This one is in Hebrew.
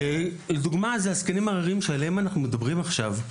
דוגמה לזה היא הזקנים העריריים שעליהם אנחנו מדברים עכשיו.